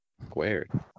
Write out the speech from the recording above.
squared